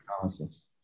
analysis